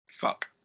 Fuck